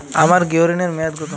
আমার গৃহ ঋণের মেয়াদ কত?